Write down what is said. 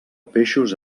peixos